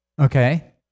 okay